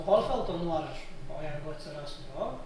su holfelto nuorašu o jeigu atsirastų o